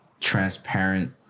transparent